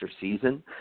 season